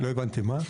לא הבנתי, מה?